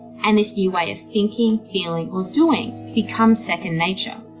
and this new way of thinking, feeling, or doing becomes second nature.